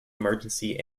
emergency